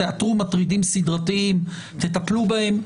תאתרו מטרידים סדרתיים וטפלו בהם.